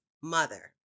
mother